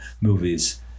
movies